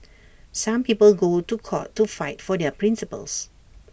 some people go to court to fight for their principles